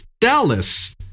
Dallas